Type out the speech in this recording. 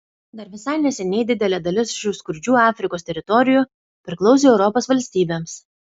dar visai neseniai didelė dalis šių skurdžių afrikos teritorijų priklausė europos valstybėms